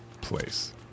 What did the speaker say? place